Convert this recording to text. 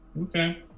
Okay